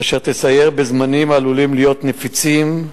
אשר תסייר בזמנים העלולים להיות נפיצים.